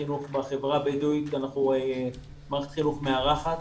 החינוך בחברה הבדואית כי אנחנו מערכת חינוך מארחת.